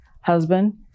husband